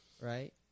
Right